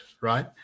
right